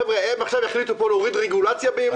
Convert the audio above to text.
חבר'ה, הם עכשיו יחליטו פה להוריד רגולציה בירוחם?